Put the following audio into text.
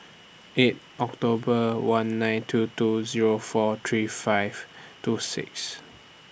eight October one nine two two Zero four three five two six